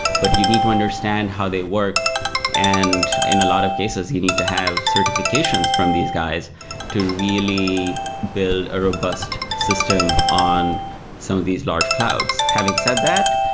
but you need to understand how they work and in a lot of cases, you need to have certifications from these guys to really build a robust system on some of these large clouds. having said that,